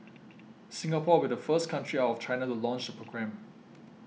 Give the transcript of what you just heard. Singapore will be the first country out of China to launch the programme